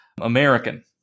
American